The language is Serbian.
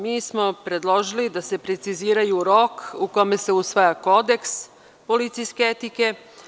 Mi smo predložili da se preciziraju rok u kome se usvaja kodeks policijske etike.